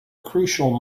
crucial